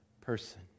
person